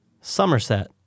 Somerset